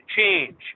change